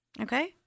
Okay